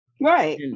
Right